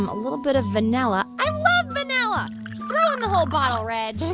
um a little bit of vanilla. i love vanilla. throw in the whole bottle, reg.